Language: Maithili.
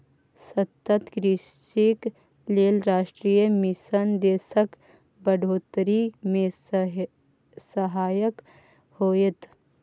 सतत कृषिक लेल राष्ट्रीय मिशन देशक बढ़ोतरी मे सहायक होएत